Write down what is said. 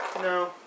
No